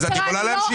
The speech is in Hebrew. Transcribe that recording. את יכולה להמשיך.